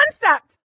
concept